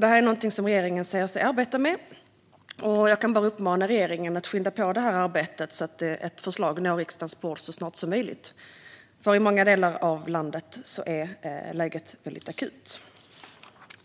Detta är någonting som regeringen säger sig arbeta med, och jag kan bara uppmana regeringen att skynda på det arbetet så att ett förslag når riksdagens bord så snart som möjligt. I många delar av landet är läget nämligen akut. Fru